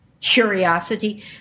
curiosity